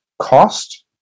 cost